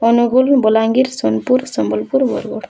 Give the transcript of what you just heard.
Angul Balangir Sonepur Sambalpur Bargarh